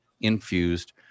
infused